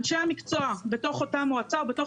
אנשי המקצוע בתוך אותה מועצה או בתוך